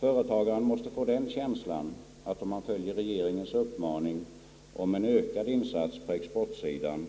Företagaren måste få den känslan, att om han följer regeringens uppmaning om en ökad insats på exportsidan,